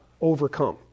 overcome